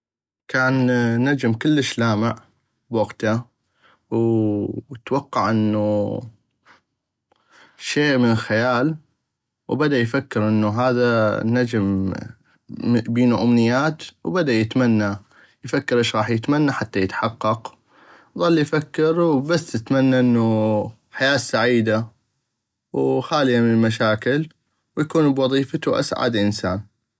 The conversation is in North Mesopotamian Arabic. كان نجم كلش لام بوقتا واتوقع انو شي من الخيال وبدا يفكر انو هذا النجم بينو امنيات وبدا يتمنى افكر اش غاح يتمنى حتى يتحقق ظل يفكر وبس تمنى انو حياة سعيدة وخالية من المشاكل وانو يكون بوظيفتو اسعد انسان.